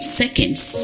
seconds